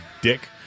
dick